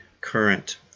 current